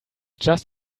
just